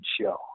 show